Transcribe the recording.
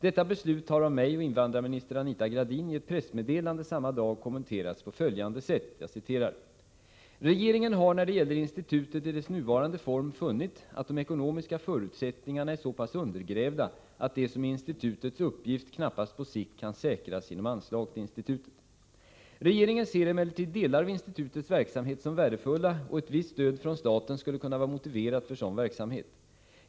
Detta beslut har av mig och invandrarminister Anita Gradin i ett pressmeddelande samma dag kommenterats på följande sätt. ”Regeringen har när det gäller institutet i dess nuvarande form funnit att de ekonomiska förutsättningarna är så pass undergrävda att det som är institutets uppgift knappast på sikt kan säkras genom anslag till institutet. Regeringen ser emellertid delar av institutets verksamhet som värdefulla och ett visst stöd från staten skulle kunna vara motiverat för sådan verksamhet.